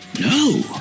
No